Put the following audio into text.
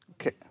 Okay